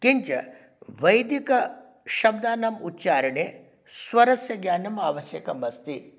किञ्च वैदिकशब्दानाम् उच्चारणे स्वरस्य ज्ञानम् आवश्यकम् अस्ति